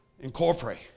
Incorporate